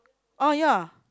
oh ya